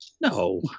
No